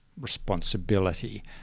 responsibility